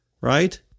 right